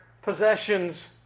Possessions